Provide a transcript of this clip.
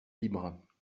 libre